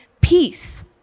Peace